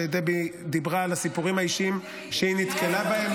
ודבי דיברה על הסיפורים האישיים שהיא נתקלה בהם